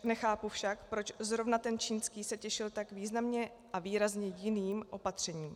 Nechápu však, proč zrovna ten čínský se těšil tak významně a výrazně jiným opatřením.